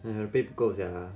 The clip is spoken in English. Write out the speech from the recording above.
你的 pay 不够 sia ah